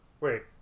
Wait